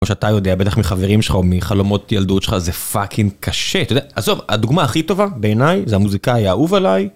כמו שאתה יודע, בטח מחברים שלך, או מחלומות ילדות שלך, זה פאקינג קשה, אתה יודע? עזוב, הדוגמה הכי טובה, בעיניי, זה המוזיקאח האהוב עליי.